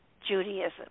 Judaism